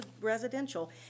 residential